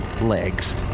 legs